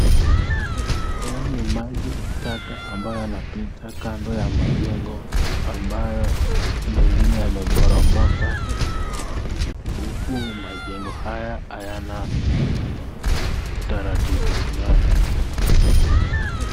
Haya ni maji taka ambayo yanapita kando ya majengo ambayo mengine yameporomoka, huku majengo haya hayana utaratibu fulani.